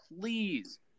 please